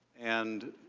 and,